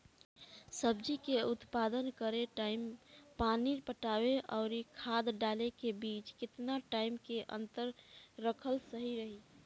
सब्जी के उत्पादन करे टाइम पानी पटावे आउर खाद डाले के बीच केतना टाइम के अंतर रखल सही रही?